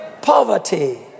Poverty